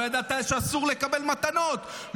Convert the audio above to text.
לא ידעת שאסור לקבל מתנות,